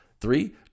Three